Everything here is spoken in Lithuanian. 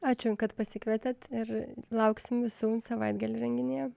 ačiū kad pasikvietėt ir lauksim visų savaitgalį renginyje